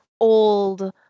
old